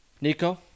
Nico